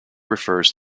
refers